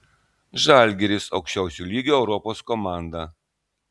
žalgiris aukščiausio lygio europos komanda